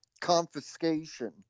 confiscation